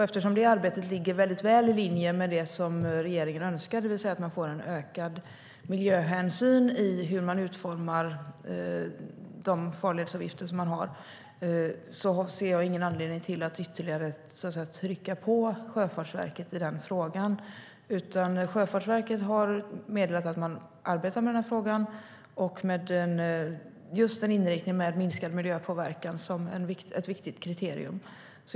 Eftersom det arbetet ligger väl i linje med det som regeringen önskar, det vill säga en ökad miljöhänsyn i utformningen av farledsavgifterna, ser jag ingen anledning att ytterligare trycka på Sjöfartsverket i den frågan. Sjöfartsverket har meddelat att man arbetar med frågan med just minskad miljöpåverkan som ett viktigt kriterium.